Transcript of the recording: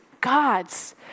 God's